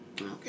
Okay